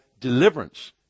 deliverance